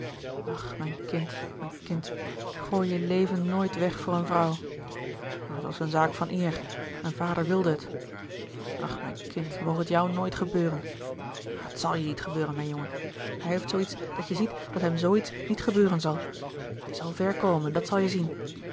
ach mijn kind mijn kind gooi je leven nooit weg voor een vrouw maar het was een zaak van eer mijn vader wilde het ach mijn kind moge het jou nooit gebeuren maar het zal je niet gebeuren mijn jongen hij heeft zoo iets dat je ziet dat hem zoo iets niet gebeuren zal hij zal ver komen dat zal je zien